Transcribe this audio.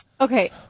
Okay